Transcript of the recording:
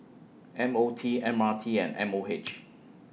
M O T M R T and M O H